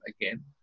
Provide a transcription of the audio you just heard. again